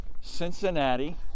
Cincinnati